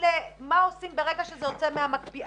מה עושים ברגע שזה יוצא מהמקפיא.